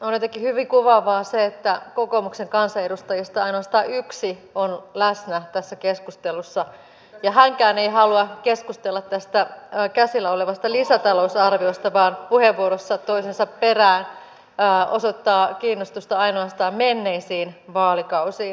on jotenkin hyvin kuvaavaa se että kokoomuksen kansanedustajista ainoastaan yksi on läsnä tässä keskustelussa ja hänkään ei halua keskustella tästä käsillä olevasta lisätalousarviosta vaan puheenvuorossa toisensa perään osoittaa kiinnostusta ainoastaan menneisiin vaalikausiin